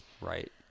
Right